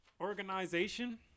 organization